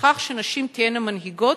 ובכך שנשים תהיינה מנהיגות